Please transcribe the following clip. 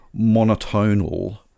monotonal